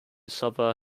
suffer